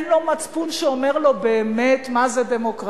אין לו מצפון שאומר לו באמת מה זה דמוקרטיה.